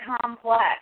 complex